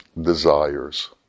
desires